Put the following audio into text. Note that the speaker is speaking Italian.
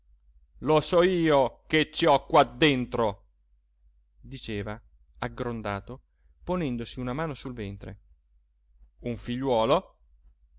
lo so io che ci ho qua dentro diceva aggrondato ponendosi una mano sul ventre un figliuolo